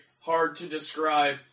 hard-to-describe